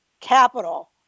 capital